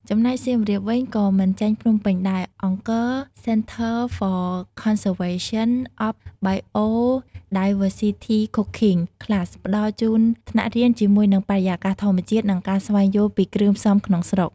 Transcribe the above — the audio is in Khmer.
ចំណែកសៀមរាបវិញក៏មិនចាញ់ភ្នំពេញដែរ Angkor Centre for Conservation of Biodiversity Cooking Class ផ្តល់ជូនថ្នាក់រៀនជាមួយនឹងបរិយាកាសធម្មជាតិ និងការស្វែងយល់ពីគ្រឿងផ្សំក្នុងស្រុក ។